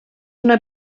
una